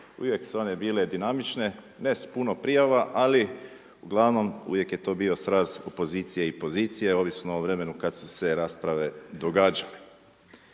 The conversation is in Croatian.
uvijek su one bile dinamične, ne s puno prijava ali uglavnom uvijek je to bio sraz opozicije i pozicije ovisno o vremenu kada su se rasprave događale.